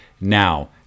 now